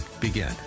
begin